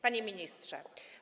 Panie Ministrze!